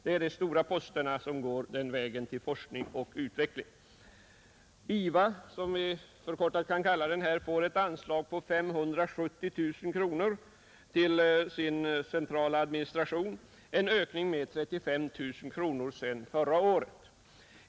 Det är de stora posterna som går den vägen till forskning och utveckling. IVA får ett anslag på 570 000 kronor till sin centrala administration — en ökning med 35 000 kronor sedan förra året.